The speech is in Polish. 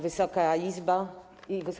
Wysoka Izbo!